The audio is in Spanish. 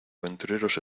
aventureros